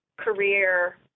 career